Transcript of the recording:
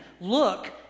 Look